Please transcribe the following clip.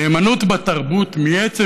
נאמנות בתרבות, מעצם